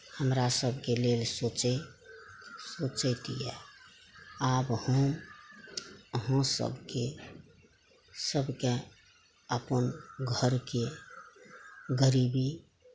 हमरा सबके लेल सोचै सोचैत यै आब हम अहाँ सबके सबके अपन घरके गरीबी